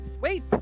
wait